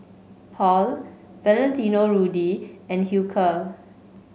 Paul Valentino Rudy and Hilker